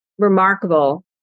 remarkable